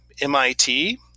MIT